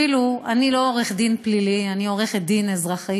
אני לא עורכת דין פלילית, אני עורכת דין אזרחית,